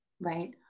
right